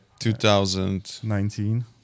2019